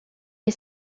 est